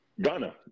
ghana